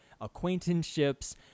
acquaintanceships